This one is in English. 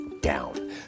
down